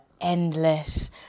endless